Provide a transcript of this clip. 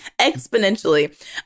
exponentially